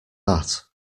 that